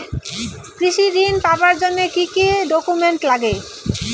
কৃষি ঋণ পাবার জন্যে কি কি ডকুমেন্ট নাগে?